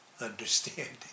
understanding